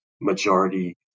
majority